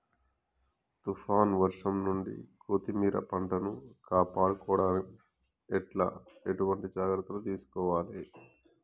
తుఫాన్ వర్షం నుండి కొత్తిమీర పంటను కాపాడుకోవడం ఎట్ల ఎటువంటి జాగ్రత్తలు తీసుకోవాలే?